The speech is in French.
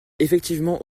effectivement